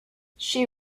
she